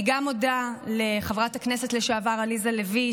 אני מודה גם לחברת הכנסת לשעבר עליזה לביא,